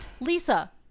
Lisa